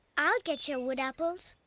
i'll get your wood apples.